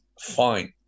Fine